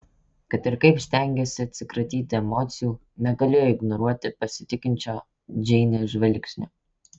kad ir kaip stengėsi atsikratyti emocijų negalėjo ignoruoti pasitikinčio džeinės žvilgsnio